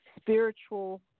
spiritual